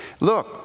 Look